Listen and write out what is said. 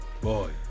Boy